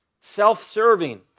self-serving